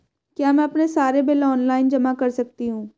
क्या मैं अपने सारे बिल ऑनलाइन जमा कर सकती हूँ?